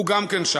הוא גם כן שם,